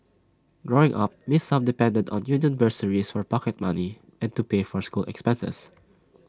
growing up miss sum depended on union bursaries for pocket money and to pay for school expenses